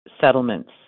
settlements